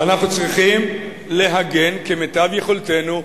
ואנחנו צריכים להגן כמיטב יכולתנו,